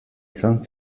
izan